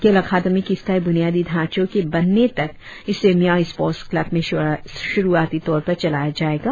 खेल अकादमी के स्थायी बुनियादी ढांचो के बनने तक इसे मियाओ स्पोर्ट्स क्लब में शुरुआती तौर पर चलाया जाएगा